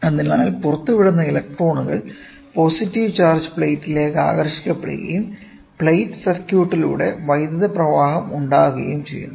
അതിനാൽ പുറത്തുവിടുന്ന ഇലക്ട്രോണുകൾ പോസിറ്റീവ് ചാർജ് പ്ലേറ്റിലേക്ക് ആകർഷിക്കപ്പെടുകയും പ്ലേറ്റ് സർക്യൂട്ടിലൂടെ വൈദ്യുത പ്രവാഹം ഉണ്ടാകുകയും ചെയ്യുന്നു